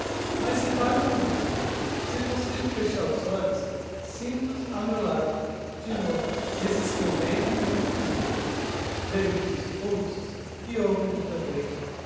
mas se paro um momento se consigo fechar os olhos sinto os a meu lado de novo esses que amei vivem commigo vejo os ouço os e ouvem me tambem